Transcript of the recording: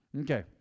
Okay